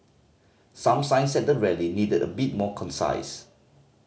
some signs at the rally needed a bit more concise